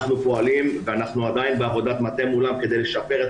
אנחנו פועלים ואנחנו בעבודת מטה מולם כדי לשפר את